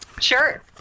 Sure